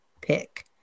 pick